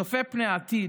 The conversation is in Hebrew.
צופה פני עתיד,